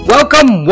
Welcome